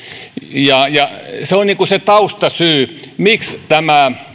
ja se on niin kuin se taustasyy miksi tämä